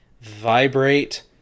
vibrate